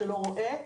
שלא רואה,